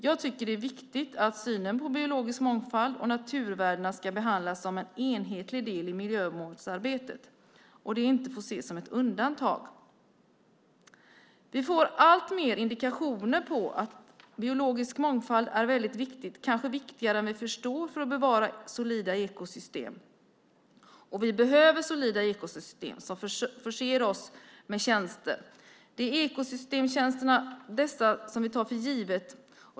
Jag tycker att det är viktigt att synen på biologisk mångfald och naturvärdena ska behandlas som en enhetlig del i miljömålsarbetet och att det inte får ses som ett undantag. Vi får allt fler indikationer på att biologisk mångfald är väldigt viktigt, kanske viktigare än vi förstår, för att bevara solida ekosystem. Och vi behöver solida ekosystem som förser oss med tjänster. Vi tar dessa ekosystemtjänster för givna.